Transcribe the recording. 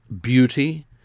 beauty